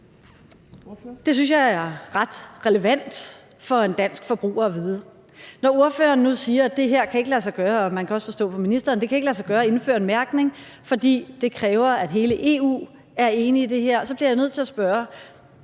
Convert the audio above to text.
Det synes jeg er ret relevant for en dansk forbruger at vide. Når ordføreren nu siger, at det ikke kan lade sig gøre – og det kan man også forstå på ministeren – at indføre en mærkning, fordi det kræver, at hele EU er enige i det her, bliver jeg nødt til at spørge: